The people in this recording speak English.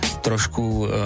trošku